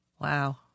Wow